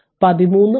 ഞാൻ ഇത് മായ്ക്കട്ടെ